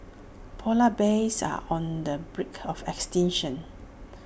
Polar Bears are on the brink of extinction